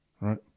right